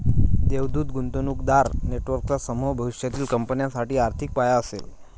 देवदूत गुंतवणूकदार नेटवर्कचा समूह भविष्यातील कंपन्यांसाठी आर्थिक पाया असेल